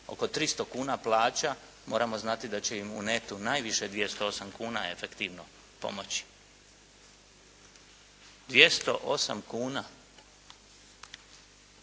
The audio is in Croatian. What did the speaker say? oko 300 kuna plaća, moramo znati da će im u netu najviše 208 kuna efektivno pomoći. 208 kuna.